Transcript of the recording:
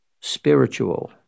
spiritual